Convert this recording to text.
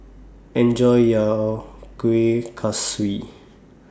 Enjoy your Kueh Kaswi